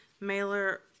mailer